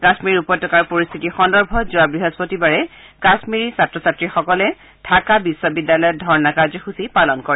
কাশ্মীৰ উপত্যকাৰ পৰিস্থিতি সন্দৰ্ভত যোৱা বৃহস্পতিবাৰে কাশ্মীৰী ছাত্ৰ ছাত্ৰীসকলে ঢাকা বিশ্ববিদ্যালয়ত ধৰ্ণা কাৰ্যসূচী পালন কৰে